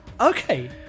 Okay